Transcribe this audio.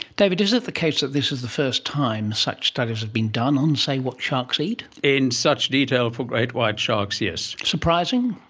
david, is it the case that this is the first time such studies have been done on, say, what sharks eat? in such detail for great white sharks, yes. surprising?